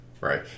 Right